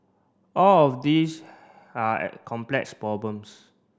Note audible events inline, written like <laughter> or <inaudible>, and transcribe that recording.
all of these are <unintelligible> complex problems